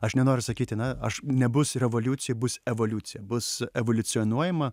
aš nenoriu sakyti na aš nebus revoliucija bus evoliucija bus evoliucionuojama